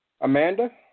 Amanda